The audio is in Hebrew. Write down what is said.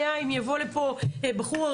הדיון היה קצת אחר, התגלגל להר הבית.